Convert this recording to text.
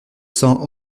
cents